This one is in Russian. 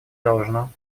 должно